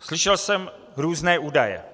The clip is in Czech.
Slyšel jsem různé údaje.